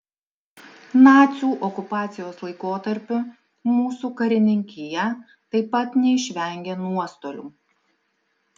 nacių okupacijos laikotarpiu mūsų karininkija taip pat neišvengė nuostolių